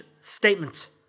statement